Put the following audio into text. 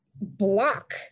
block